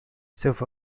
سوف